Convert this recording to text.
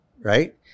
right